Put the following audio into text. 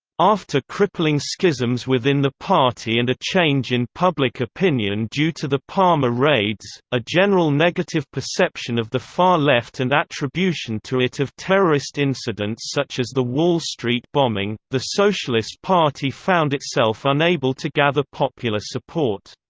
after crippling schisms within the party and a change in public opinion due to the palmer raids, a general negative perception of the far-left and attribution to it of terrorist incidents incidents such as the wall street bombing, the socialist party found itself unable to gather popular support.